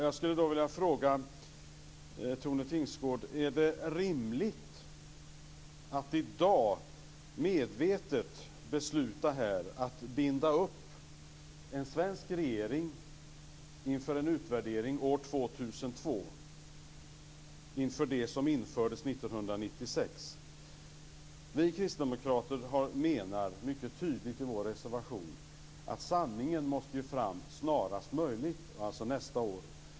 Jag skulle vilja fråga Tone Tingsgård: Är det rimligt att i dag medvetet besluta att binda upp en svensk regering för en utvärdering år 2002 inför det som infördes 1996? Vi kristdemokrater menar mycket tydligt i vår reservation att sanningen måste fram snarast möjligt, alltså nästa år.